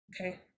okay